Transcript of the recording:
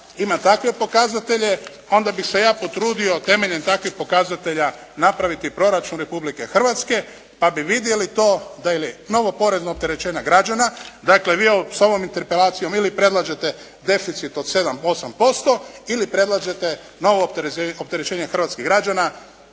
ima takve pokazatelje, onda bih se ja potrudio temeljem takvih pokazatelja napraviti proračun Republike Hrvatske pa bi vidjeli to da li je novo porezno opterećenje građana, dakle vi sa ovom interpelacijom ili predlažete deficit od 7, 8% ili predlažete novo opterećenje hrvatskih građana,